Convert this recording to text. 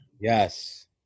Yes